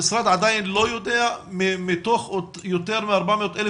המשרד עדיין לא יודע מתוך יותר מ-400,000